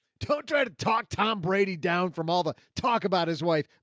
don't try to talk, tom brady down from all the talk about his wife,